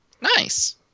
Nice